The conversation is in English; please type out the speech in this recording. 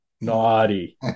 Naughty